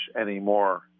anymore